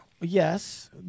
Yes